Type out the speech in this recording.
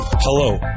Hello